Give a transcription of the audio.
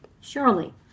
Surely